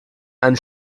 einen